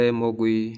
mogui